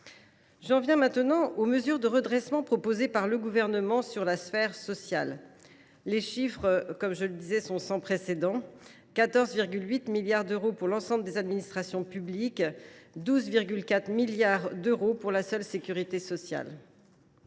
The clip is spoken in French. J’en viens aux mesures de redressement proposées par le Gouvernement dans la sphère sociale. Les chiffres sont sans précédent : 14,8 milliards d’euros pour l’ensemble des administrations publiques et 12,4 milliards d’euros pour la seule sécurité sociale.